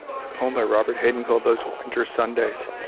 it's a poem by robert hayden, called those winter sundays.